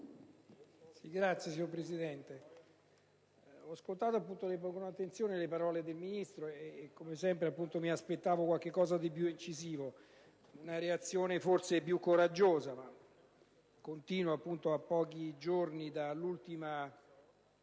*(IdV)*. Signora Presidente, ho ascoltato con attenzione le parole del Ministro e, come sempre, mi aspettavo qualche cosa di più incisivo e una reazione forse più coraggiosa. A pochi giorni dall'ultima